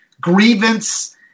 grievance